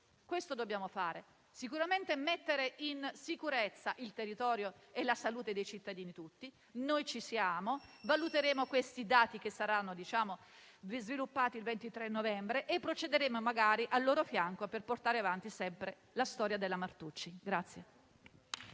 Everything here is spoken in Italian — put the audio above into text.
questo dobbiamo fare. Sicuramente dobbiamo mettere in sicurezza il territorio e la salute dei cittadini tutti: noi ci siamo, valuteremo questi dati che saranno ben sviluppati il 23 novembre e procederemo, magari al loro fianco, per portare avanti sempre la storia della discarica